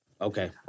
Okay